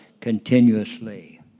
continuously